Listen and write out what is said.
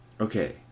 Okay